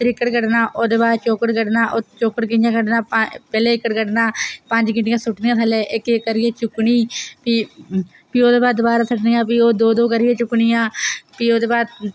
त्रिक्कड़ कड्ढना प्ही ओह्दे बाद चौकड़ कड्ढना चौकड़ कि'यां कड्ढना पैह्लें इक्कड़ कड्ढना पंज गीह्टियां सु'ट्टनियां थल्ले इक्क इक्क करियै चुक्कनी प्ही ओह्दे बाद दोबारा सु'ट्टनियां भी ओह् दौं दौं करियै चुक्कनियां प्ही ओह्दे बाद